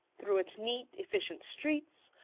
through its neat, efficient streets,